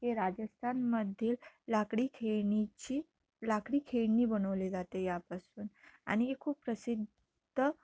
हे राजस्थानमधील लाकडी खेळण्याची लाकडी खेळणी बनवली जाते यापासून आणि हे खूप प्रसिद्ध